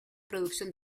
producción